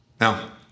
Now